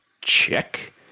Check